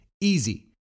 easy